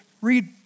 Read